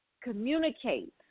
Communicate